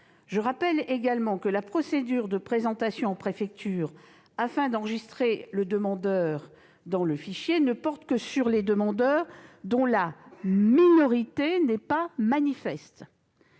Je rappelle également que la procédure de présentation en préfecture aux fins d'enregistrement du demandeur dans le fichier ne porte que sur les demandeurs dont la minorité n'est pas manifeste.